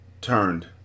turned